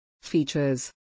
Features